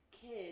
Kids